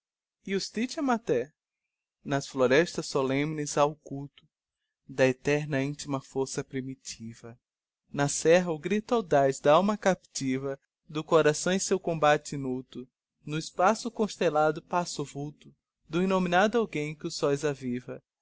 dos heroes justitia mater nas florestas solemnes ha o culto da eterna intima força primitiva na serra o grito audaz da alma captiva do coração em seu combate inulto no espaço constellado passa o vulto do innominado alguem que os soes aviva